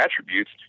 attributes